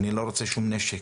אני לא רוצה שום נשק.